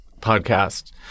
podcast